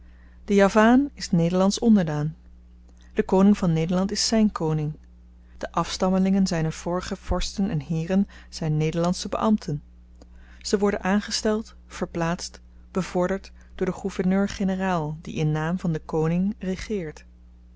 de javaan is nederlandsch onderdaan de koning van nederland is zyn koning de afstammelingen zyner vorige vorsten en heeren zyn nederlandsche beambten ze worden aangesteld verplaatst bevorderd door den gouverneur-generaal die in naam van den koning regeert